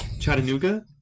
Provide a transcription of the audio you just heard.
Chattanooga